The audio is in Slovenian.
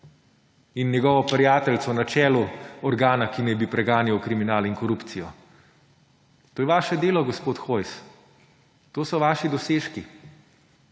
in njegova prijateljica na čelu organa, ki naj bi preganjal kriminal in korupcijo. To je vaše delo, gospod Hojs. To so vaši dosežki.